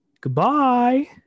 Goodbye